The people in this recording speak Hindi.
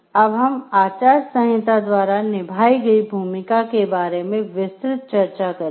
अब हम आचार संहिता द्वारा निभाई गई भूमिका के बारे मे विस्तृत चर्चा करेंगे